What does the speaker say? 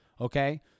Okay